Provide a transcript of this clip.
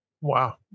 wow